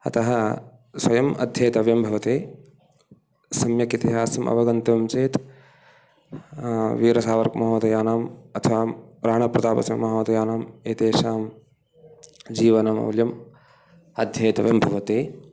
अतः स्वयम् अध्येतव्यं भवति सम्यक् इतिहासम् अवगन्तव्यं चेत् वीरसावर्करमहोदयानाम् अथवा राणाप्रतापमहोदयानाम् एतेषां जीवनमौल्यम् अध्येतव्यं भवति